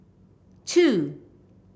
two